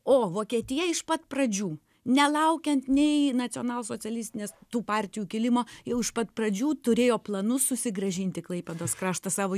o vokietija iš pat pradžių nelaukiant nei nacionalsocialistinės tų partijų kilimo jau iš pat pradžių turėjo planų susigrąžinti klaipėdos kraštą savo